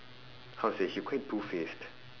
how to say she quite two faced